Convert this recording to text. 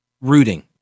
rooting